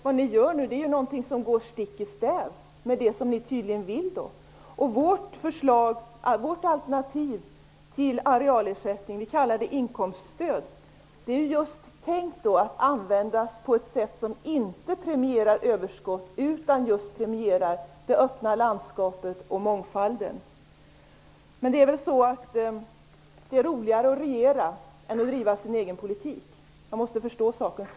Det ni nu gör går ju stick i stäv med det som ni tydligen vill göra. Vårt alternativ till arealersättning -- vi talar om ett inkomststöd -- är just tänkt att användas på ett sådant sätt att överskott inte premieras. I stället skall just det öppna landskapet och mångfalden premieras. Men det är väl roligare att regera än att driva den egna politiken. Man måste förstå saken så.